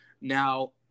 Now